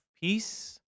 peace